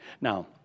Now